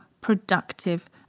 productive